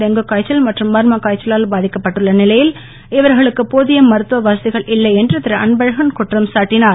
டெங்குக் காய்ச்சல் மற்றும் மர்மக் காய்ச்சலால் பாதிக்கப்பட்டுள்ள நிலையில் இவர்களுக்கு போதிய மருத்துவ வசதிகள் இல்லை என்று திருஅன்பழகன் குற்றம் சாட்டினுர்